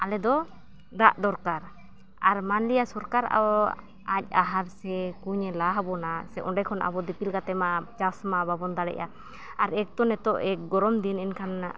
ᱟᱞᱮᱫᱚ ᱫᱟᱜ ᱫᱚᱨᱠᱟᱨ ᱟᱨ ᱢᱟᱱᱞᱤᱭᱟ ᱥᱚᱨᱠᱟᱨ ᱟᱡ ᱟᱦᱟᱨ ᱥᱮ ᱠᱩᱧᱮ ᱞᱟ ᱦᱟᱵᱚᱱᱟ ᱥᱮ ᱚᱸᱰᱮ ᱠᱷᱚᱱ ᱟᱵᱚ ᱫᱤᱯᱤᱞ ᱠᱟᱛᱮᱫᱢᱟ ᱪᱟᱥᱢᱟ ᱵᱟᱵᱚᱱ ᱫᱟᱲᱮᱭᱟᱜᱼᱟ ᱟᱨ ᱮᱹᱠᱛᱚ ᱱᱤᱛᱚᱜ ᱮᱹᱠ ᱜᱚᱨᱚᱢ ᱫᱤᱱ ᱮᱱᱠᱷᱟᱱ